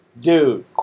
dude